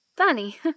Funny